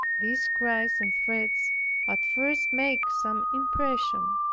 these cries and threats at first make some impression,